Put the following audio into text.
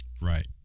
Right